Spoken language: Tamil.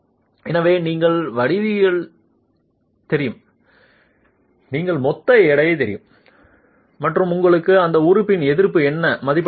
எனவே நீங்கள் வடிவியல் தெரியும் நீங்கள் மொத்த எடை தெரியும் மற்றும் நீங்கள் அந்த உறுப்பு எதிர்ப்பு என்ன மதிப்பிட முடியும்